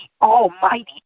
almighty